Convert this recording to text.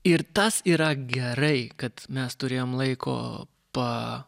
ir tas yra gerai kad mes turėjom laiko pa